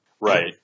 Right